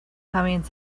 comings